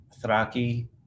thraki